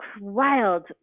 wild